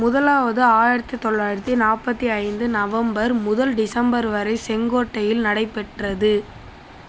முதலாவது ஆயிரத்து தொள்ளாயிரத்து நாற்பத்தி ஐந்து நவம்பர் முதல் டிசம்பர் வரை செங்கோட்டையில் நடைபெற்றது